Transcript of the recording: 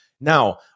Now